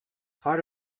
part